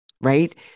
Right